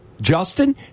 Justin